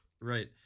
Right